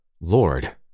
Lord